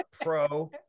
pro